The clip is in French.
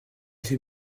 fait